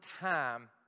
time